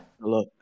Hello